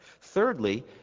Thirdly